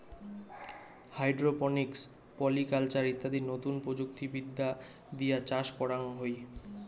hydroponics, polyculture ইত্যাদি নতুন প্রযুক্তি বিদ্যা দিয়ে চাষ করাঙ হই